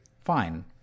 Fine